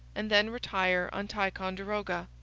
and then retire on ticonderoga.